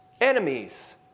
enemies